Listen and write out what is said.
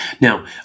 Now